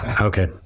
Okay